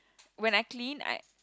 when I clean I